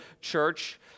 church